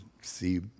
see